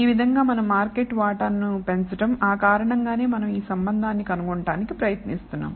ఆ విధంగా మన మార్కెట్ వాటాను పెంచటంఆ కారణంగానే మనం ఈ సంబంధాన్ని కనుగొనడానికి ప్రయత్నిస్తున్నాం